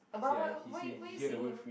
but why why why are you seeing him